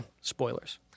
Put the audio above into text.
Spoilers